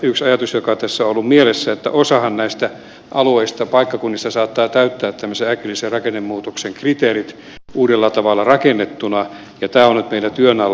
yksi ajatus joka tässä on ollut mielessä on se että osa näistä alueista paikkakunnista saattaa täyttää tämmöisen äkillisen rakennemuutoksen kriteerit uudella tavalla rakennettuna ja tämä on nyt meillä työn alla